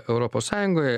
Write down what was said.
europos sąjungoje